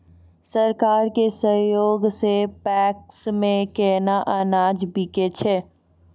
सरकार के सहयोग सऽ पैक्स मे केना अनाज बिकै छै?